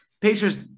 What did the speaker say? Pacers